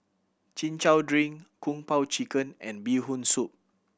Chin Chow drink Kung Po Chicken and Bee Hoon Soup